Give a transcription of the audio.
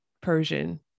Persian